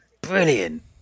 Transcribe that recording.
brilliant